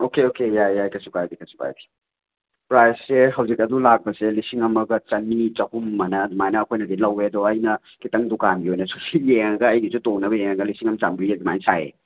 okay okay ꯌꯥꯏꯌꯦ ꯌꯥꯏꯌꯦ ꯀꯩꯁꯨ ꯀꯥꯏꯗꯦ ꯀꯩꯁꯨ ꯀꯥꯏꯗꯦ ꯄ꯭ꯔꯥꯏꯁꯁꯦ ꯍꯧꯖꯤꯛ ꯑꯗꯨ ꯂꯥꯛꯄꯁꯦ ꯂꯤꯁꯤꯡ ꯑꯃꯒ ꯆꯅꯤ ꯆꯍꯨꯝ ꯃꯅ ꯑꯗꯨꯃꯥꯏꯅ ꯑꯩꯈꯣꯏꯅꯗꯤ ꯂꯧꯋꯦ ꯑꯗꯣ ꯑꯩꯅ ꯈꯤꯇꯪ ꯗꯨꯀꯥꯟꯒꯤ ꯑꯣꯏꯅꯁꯨ ꯁꯨ ꯌꯦꯡꯉꯒ ꯑꯩꯒꯤꯁꯨ ꯇꯣꯡꯅꯕ ꯌꯦꯡꯉꯒ ꯂꯤꯁꯤꯡ ꯑꯃ ꯆꯥꯝꯕ꯭ꯔꯤ ꯑꯗꯨꯃꯥꯏꯅ ꯁꯥꯏꯌꯦ